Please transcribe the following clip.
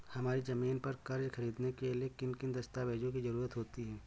हमारी ज़मीन पर कर्ज ख़रीदने के लिए किन किन दस्तावेजों की जरूरत होती है?